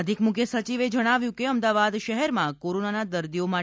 અધિક મુખ્ય સચિવે જણાવ્યું છે કે અમદાવાદ શહેરમાં કોરોનાના દર્દીઓ માટે